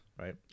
right